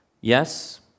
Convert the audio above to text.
Yes